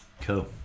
Cool